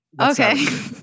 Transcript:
Okay